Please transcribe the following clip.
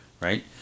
right